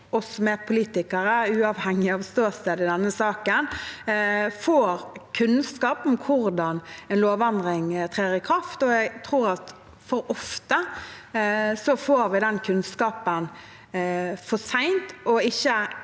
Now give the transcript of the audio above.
oss som er politikere, uavhengig av ståsted i denne saken, å få kunnskap om virkningene av en lovendring som trer i kraft. Jeg tror vi for ofte får den kunnskapen for sent og ikke